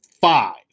five